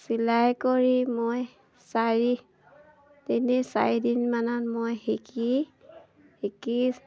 চিলাই কৰি মই চাৰি তিনি চাৰিদিনমানত মই শিকি শিকি